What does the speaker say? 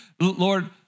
Lord